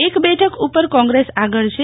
એક બેઠક ઉપર કોંગ્રેસ આગળ છે